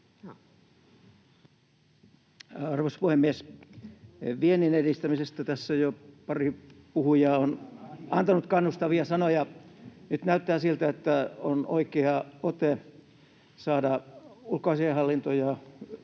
Arvoisa puhemies! Viennin edistämisestä tässä on jo pari puhujaa antanut kannustavia sanoja. Nyt näyttää siltä, että on oikea ote saada ulkoasiainhallinto ja